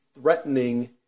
threatening